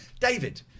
David